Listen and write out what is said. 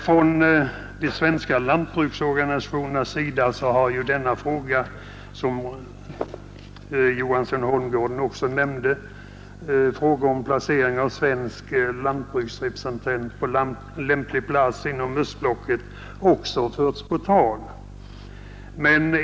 Från de svenska lantbruksorganisationernas sida har ju — som herr Johansson i Holmgården också nämnde — frågan om placering av svenska lantbruksrepresentanter på lämplig plats inom östblocket också förts på tal.